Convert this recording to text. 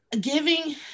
giving